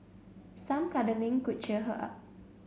some cuddling could cheer her up